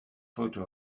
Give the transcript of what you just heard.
photo